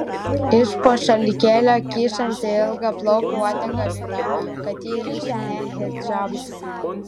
iš po šalikėlio kyšanti ilga plaukų uodega liudijo kad ji ryši ne hidžabą